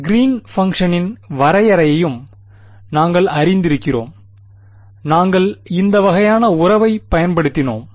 green பங்க்ஷனின் வரையறையையும் நாங்கள் அறிந்திருந்தோம் நாங்கள் இந்த வகையான உறவைப் பயன்படுத்தினோம்